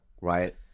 Right